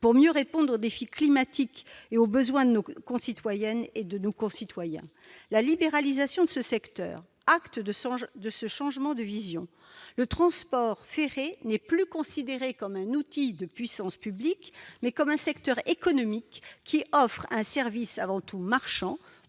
pour mieux répondre au défi climatique et aux besoins de nos concitoyennes et de nos concitoyens. La libéralisation du secteur entérine un changement de vision : le transport ferré est considéré non plus comme un outil de puissance publique, mais comme un secteur économique offrant un service avant tout marchand